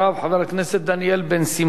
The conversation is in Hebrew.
חבר הכנסת דניאל בן-סימון.